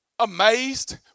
amazed